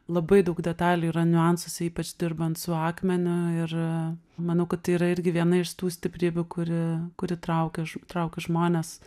labai daug detalių yra niuansuose ypač dirbant su akmeniu ir manau kad tai yra irgi viena iš tų stiprybių kuri kuri traukia traukia žmones